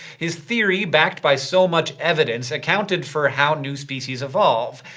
his theory, backed by so much evidence, accounted for how new species evolve.